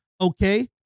Okay